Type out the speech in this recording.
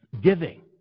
Giving